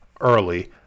early